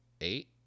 Eight